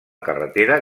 carretera